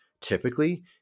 typically